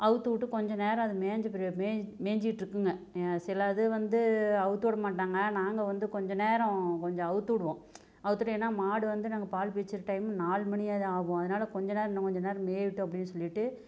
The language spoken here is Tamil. அவுழ்த்துட்டு கொஞ்ச நேரம் அது மேய்ஞ்ச பிறகு மேஞ் மேய்ஞ்சிக்கிட்டு இருக்குங்க சிலது வந்து அவுழ்த்துடமாட்டாங்க நாங்கள் வந்து கொஞ்சம் நேரம் கொஞ்சம் அவுழ்த்துடுவோம் அவுழ்த்துடுலேனா மாடு வந்து நாங்கள் பால் பீய்ச்சுற டைமில் நாலு மணியாவது ஆகும் அதனால் கொஞ்ச நேரம் இன்னும் கொஞ்ச நேரம் மேயட்டும் அப்படின்னு சொல்லிவிட்டு